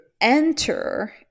enter